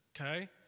okay